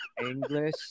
English